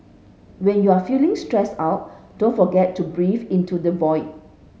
when you are feeling stressed out don't forget to breathe into the void